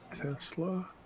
Tesla